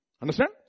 Understand